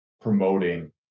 promoting